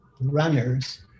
runners